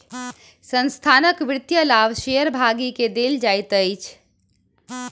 संस्थानक वित्तीय लाभ शेयर भागी के देल जाइत अछि